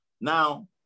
Now